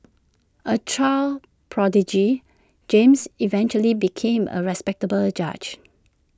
A child prodigy James eventually became A respectable judge